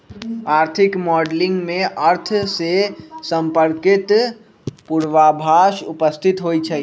आर्थिक मॉडलिंग में अर्थ से संपर्कित पूर्वाभास उपस्थित होइ छइ